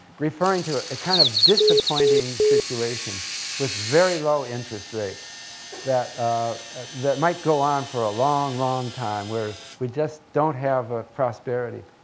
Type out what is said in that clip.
referring to ah a kind of disappointing situation with very low interest rates that that might go on for a long, long time, where we just don't have ah prosperity.